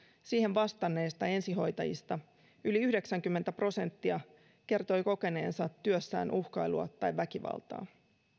siihen vastanneista ensihoitajista yli yhdeksänkymmentä prosenttia kertoi kokeneensa työssään uhkailua tai väkivaltaa